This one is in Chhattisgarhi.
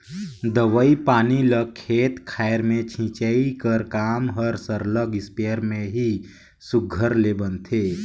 दवई पानी ल खेत खाएर में छींचई कर काम हर सरलग इस्पेयर में ही सुग्घर ले बनथे